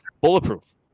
bulletproof